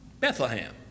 Bethlehem